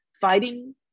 fighting